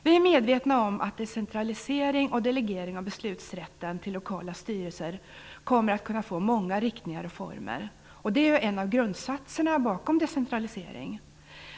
Vi är medvetna om att decentralisering och delegering av beslutsrätten till lokala styrelser kommer att kunna få många riktningar och former. Det är ju en av grundsatserna bakom decentraliseringen.